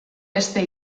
beste